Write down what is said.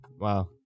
Wow